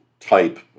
type